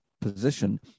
position